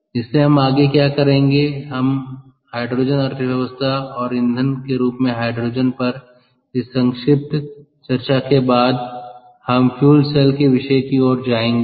इसलिए हम आगे क्या करेंगे हाइड्रोजन अर्थव्यवस्था और ईंधन के रूप में हाइड्रोजन पर इस संक्षिप्त चर्चा के बाद हम फ्यूल सेल के विषय की ओर जाएंगे